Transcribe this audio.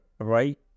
right